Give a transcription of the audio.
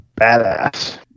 badass